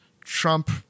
Trump